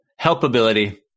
helpability